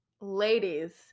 Ladies